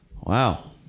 Wow